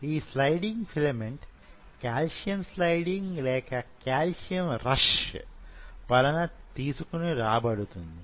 ఈ sliding filament calcium sliding లేక calcium rush వలన తీసుకొని రాబడుతుంది